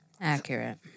Accurate